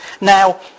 Now